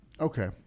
Okay